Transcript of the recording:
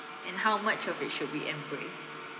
and how much of it should we embrace